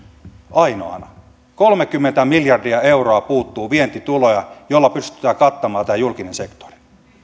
ainoana kolmekymmentä miljardia euroa puuttuu vientituloja joilla pystytään kattamaan tämä julkinen sektori